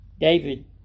David